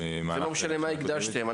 זה לא משנה מה הקדשתם.